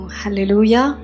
hallelujah